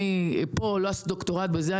לא אעשה פה דוקטורט בזה,